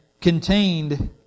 contained